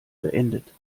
beendet